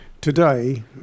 today